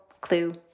Clue